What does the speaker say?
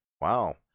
wow